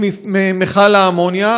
היא מכל האמוניה,